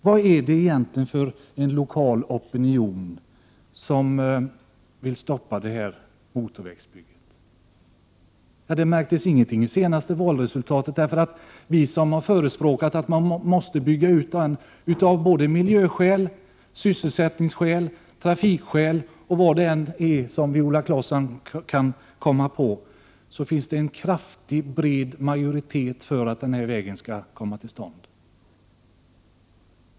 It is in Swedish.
Vad är det egentligen för lokal opinion som vill stoppa motorvägsbygget? Det märktes ingenting i senaste valresultatet. Vi som har förespråkat att vägen måste byggas ut av miljöskäl, sysselsättningsskäl, trafikskäl och vad Viola Claesson än kan komma på, vet att det finns en kraftig, bred majoritet för att denna väg skall komma till stånd.